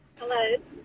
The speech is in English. Hello